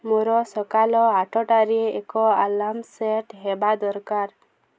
ମୋର ସକାଳ ଆଠଟାରେ ଏକ ଆଲାର୍ମ ସେଟ୍ ହେବା ଦରକାର